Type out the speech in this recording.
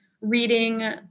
reading